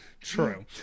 True